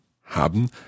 Haben